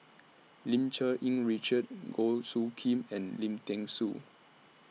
Lim Cherng Yih Richard Goh Soo Khim and Lim Thean Soo